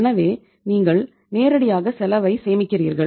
எனவே நீங்கள் நேரடியாக செலவைச் சேமிக்கிறீர்கள்